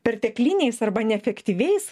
pertekliniais arba neefektyviais